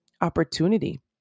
opportunity